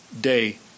day